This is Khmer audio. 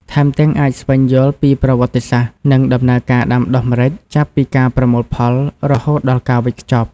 ថែមទាំង អាចស្វែងយល់ពីប្រវត្តិសាស្រ្ត និងដំណើរការដាំដុះម្រេច ចាប់ពីការប្រមូលផល រហូតដល់ការវេចខ្ចប់។